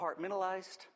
compartmentalized